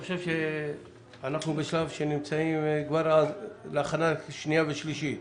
אנחנו נמצאים כבר בשלב הכנה לקריאה שנייה ושלישית.